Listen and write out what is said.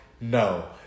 no